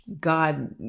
God